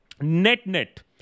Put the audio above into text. net-net